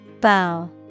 Bow